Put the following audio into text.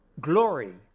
Glory